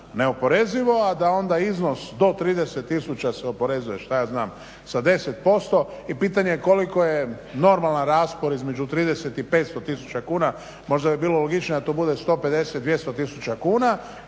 neoporezivo a da onda iznos do 30 tisuća se oporezuje šta je znam sa 10% i pitanje je koliko je normalan raspor između 30 i 500 tisuća kuna. Možda bi bilo logičnije da to bude 150, 200 tisuća kuna,